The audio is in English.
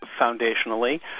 foundationally